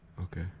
Okay